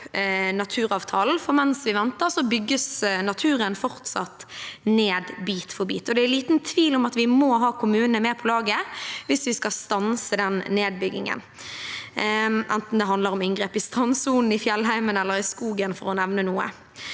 For mens vi venter, bygges naturen fortsatt ned bit for bit. Det er liten tvil om at vi må ha kommunene med på laget hvis vi skal stanse nedbyggingen, enten det handler om inngrep i strandsonen, i fjellheimen eller i skogen, for å nevne noe.